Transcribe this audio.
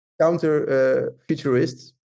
counter-futurists